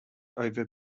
over